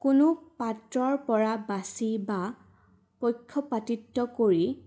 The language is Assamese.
কোনো পাত্ৰৰপৰা বাচি বা পক্ষপাতিত্য কৰি